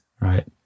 right